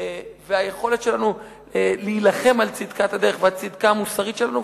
והיכולת שלנו להילחם על צדקת הדרך ועל הצדקה המוסרית שלנו.